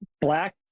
black